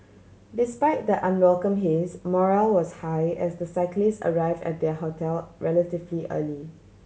despite the unwelcome haze morale was high as the cyclists arrived at their hotel relatively early